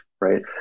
right